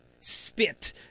spit